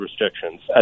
restrictions